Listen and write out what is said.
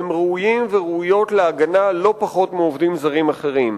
והם ראויים והן ראויות להגנה לא פחות מעובדים זרים אחרים.